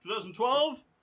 2012